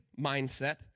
mindset